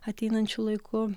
ateinančiu laiku